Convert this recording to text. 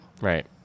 Right